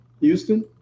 Houston